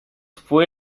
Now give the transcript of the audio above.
fue